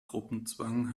gruppenzwang